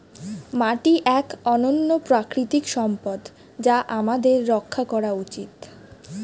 মাটি এক অনন্য প্রাকৃতিক সম্পদ যা আমাদের রক্ষা করা উচিত